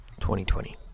2020